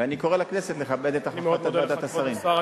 ואני קורא לכנסת לכבד את החלטת ועדת השרים.